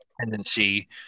tendency